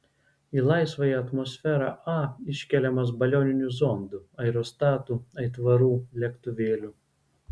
į laisvąją atmosferą a iškeliamas balioninių zondų aerostatų aitvarų lėktuvėlių